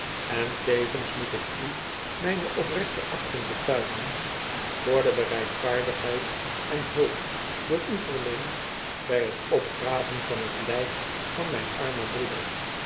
en tevens moet ik u mijne oprechte achting betuigen voor de bereidvaardigheid en hulp door u verleend bij t opgraven van t lijk van mijn armen broeder